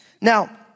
Now